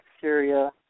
Syria